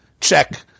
check